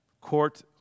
court